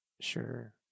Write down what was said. Sure